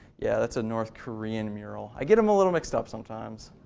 yeah, that's a north korean mural. i get them a little mixed up some times.